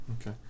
Okay